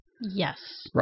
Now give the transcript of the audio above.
Yes